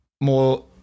more